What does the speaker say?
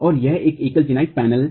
और वह एक एकल चिनाई पैनल है